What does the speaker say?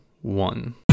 one